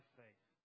faith